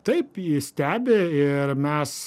taip jį stebi ir mes